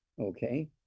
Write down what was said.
okay